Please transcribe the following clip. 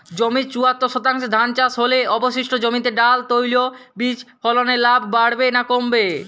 জমির চুয়াত্তর শতাংশে ধান চাষ হলে অবশিষ্ট জমিতে ডাল তৈল বীজ ফলনে লাভ বাড়বে না কমবে?